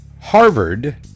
Harvard